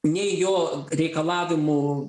nei jo reikalavimų